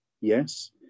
yes